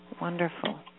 Wonderful